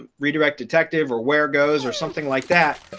ah redirect detective or where goes or something like that,